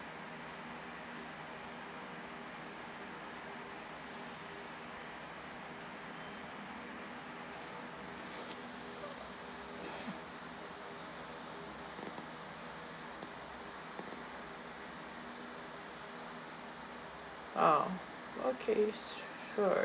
orh okay sure